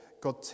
God